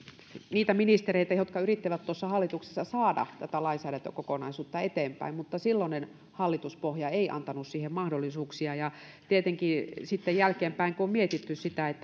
niitä ministereitä jotka yrittivät tuossa hallituksessa saada tätä lainsäädäntökokonaisuutta eteenpäin mutta silloinen hallituspohja ei antanut siihen mahdollisuuksia tietenkin sitten jälkeenpäin on mietitty sitä